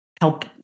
help